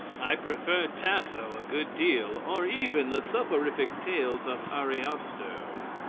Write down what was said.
i prefer tasso a good deal, or even the soporific tales of ariosto.